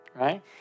Right